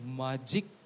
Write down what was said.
magic